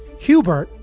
hubert,